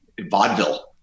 vaudeville